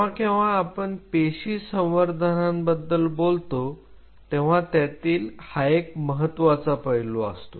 जेव्हा केव्हा आपण पेशी संवर्धनाबद्दल बोलतो तेव्हा त्यातील हा एक महत्त्वाचा पैलू असतो